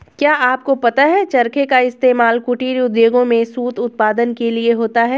क्या आपको पता है की चरखे का इस्तेमाल कुटीर उद्योगों में सूत उत्पादन के लिए होता है